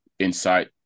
insight